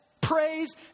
Praise